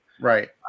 right